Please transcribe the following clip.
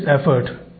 effort